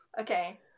Okay